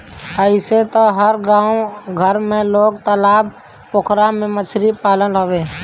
अइसे तअ हर गांव घर में लोग तालाब पोखरा में मछरी पालत हवे